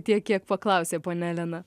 tiek kiek paklausė ponia elena